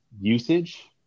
usage